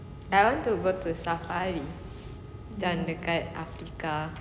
I want to go to safari yang dekat africa